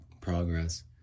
progress